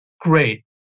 Great